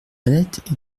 annette